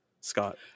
Scott